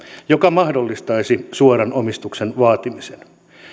joka mahdollistaisi suoran omistuksen vaatimisen